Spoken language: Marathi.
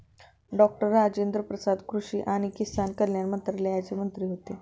डॉक्टर राजेन्द्र प्रसाद कृषी आणि किसान कल्याण मंत्रालयाचे मंत्री होते